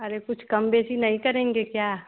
अरे कुछ कमो बेशी नहीं करेंगे क्या